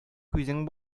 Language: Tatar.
күзең